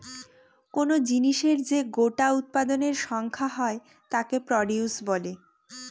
কোন জিনিসের যে গোটা উৎপাদনের সংখ্যা হয় তাকে প্রডিউস বলে